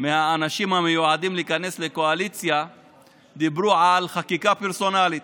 מהאנשים המיועדים להיכנס לקואליציה דיברו על חקיקה פרסונלית,